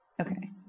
Okay